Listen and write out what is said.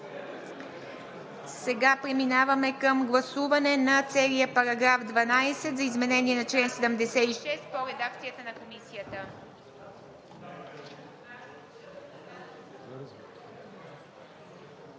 Сега преминаваме към гласуване на целия § 12 за изменение на чл. 76 по редакцията на Комисията.